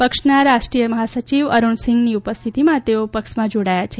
પક્ષના રાષ્ટ્રીય મહાસચિવ અરૂણસિંઘની ઉપસ્થિતિમાં તેઓ પક્ષમાં જોડાયા છે